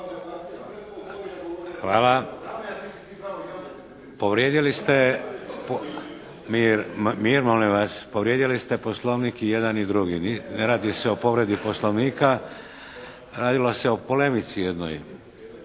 vas! Povrijedili ste Poslovnik i jedan i drugi. Ne radi se o povredi Poslovnika. Radilo se o polemici jednoj.